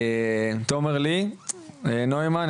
הארצית, תומר לי נוימן,